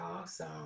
awesome